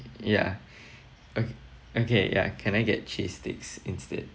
yeah ok~ okay ya can I get cheese sticks instead